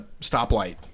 stoplight